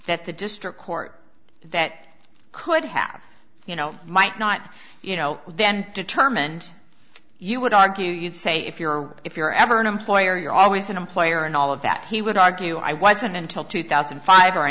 that the district court that could have you know might not you know then determined you would argue you'd say if you're if you're ever an employer you're always an employer and all of that he would argue i wasn't until two thousand and five